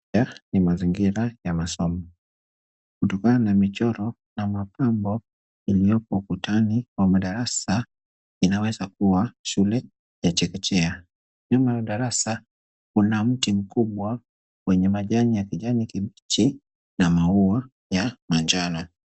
Haya ni mazingira ya masomo. Kutokana na michoro na mapambo iliyopo ukutani wa madarasa, inaweza kuwa shule ya chekechea. Nyuma ya darasa kuna mti mkubwa wenye majani ya kijani kibichi, na maua ya manjano.